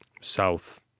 south